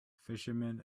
fisherman